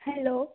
hello